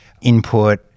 input